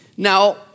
Now